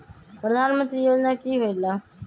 प्रधान मंत्री योजना कि होईला?